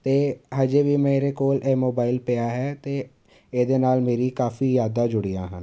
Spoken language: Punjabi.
ਅਤੇ ਹਜੇ ਵੀ ਮੇਰੇ ਕੋਲ ਇਹ ਮੋਬਾਇਲ ਪਿਆ ਹੈ ਅਤੇ ਇਹਦੇ ਨਾਲ ਮੇਰੀ ਕਾਫੀ ਯਾਦਾਂ ਜੁੜੀਆਂ ਹਨ